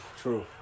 True